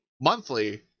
monthly